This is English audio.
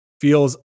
feels